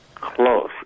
close